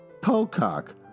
Pocock